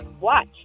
Watch